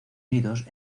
nidos